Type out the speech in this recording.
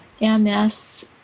MS